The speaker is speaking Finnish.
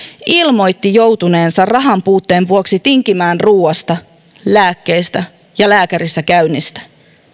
ilmoitti joutuneensa rahan puutteen vuoksi tinkimään ruoasta lääkkeistä tai lääkärissäkäynnistä